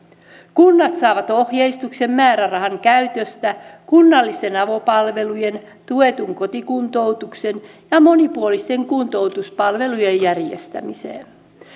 kunnat saavat ohjeistuksen määrärahan käytöstä kunnallisten avopalvelujen tuetun kotikuntoutuksen ja monipuolisten kuntoutuspalvelujen järjestämiseen